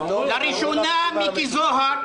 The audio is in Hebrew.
לראשונה מיקי זוהר,